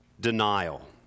denial